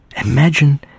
Imagine